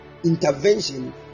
Intervention